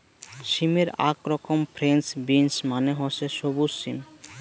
সিমের আক রকম ফ্রেঞ্চ বিন্স মানে হসে সবুজ সিম